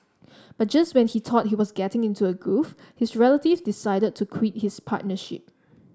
but just when he thought he was getting into a groove his relative decided to quit his partnership